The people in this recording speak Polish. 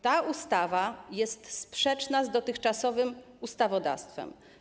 Ta ustawa jest sprzeczna z dotychczasowym ustawodawstwem.